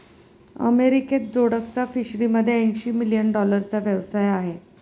अमेरिकेत जोडकचा फिशरीमध्ये ऐंशी मिलियन डॉलरचा व्यवसाय आहे